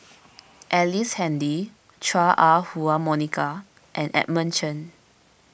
Ellice Handy Chua Ah Huwa Monica and Edmund Chen